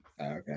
Okay